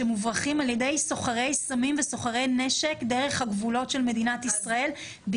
שמוברחים על ידי סוחרי סמים וסוחרי נשק דרך הגבולות של מדינת ישראל,